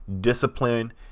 discipline